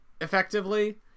effectively